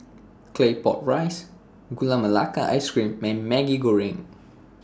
Claypot Rice Gula Melaka Ice Cream Man Maggi Goreng